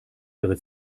ihre